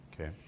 Okay